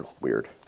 weird